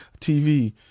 TV